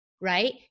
right